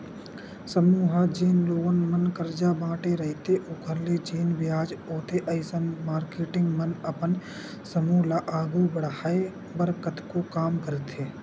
समूह ह जेन लोगन मन करजा बांटे रहिथे ओखर ले जेन बियाज आथे अइसन म मारकेटिंग मन अपन समूह ल आघू बड़हाय बर कतको काम करथे